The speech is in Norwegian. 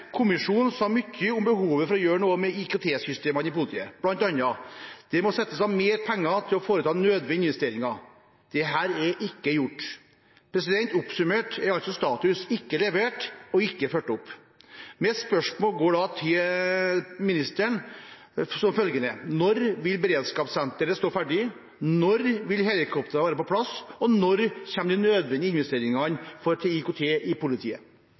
gjøre noe med bl.a. IKT-systemene i politiet. Det må settes av mer penger til å foreta nødvendige investeringer. Dette er ikke gjort. Oppsummert er altså status: ikke levert og ikke fulgt opp. Mitt spørsmål til ministeren er da som følger: Når vil beredskapssenteret stå ferdig? Når vil helikoptrene være på plass? Og når kommer de nødvendige investeringene til IKT i politiet?